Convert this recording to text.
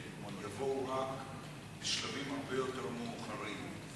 אבל בוא נדבר למשל על עניין המים.